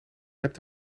hebt